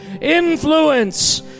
influence